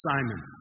Simon